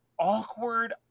Awkward